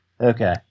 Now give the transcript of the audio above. okay